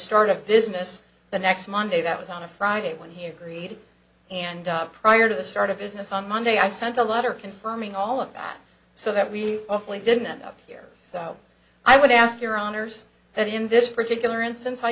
start of business the next monday that was on a friday when he agreed and prior to the start of business on monday i sent a letter confirming all of that so that really awfully didn't end up here so i would ask your honour's that in this particular instance i